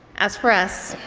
as for us,